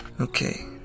Okay